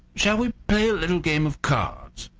shall we play a little game of cards?